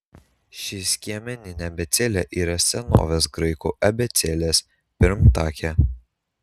ši skiemeninė abėcėlė yra senovės graikų abėcėlės pirmtakė